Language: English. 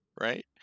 right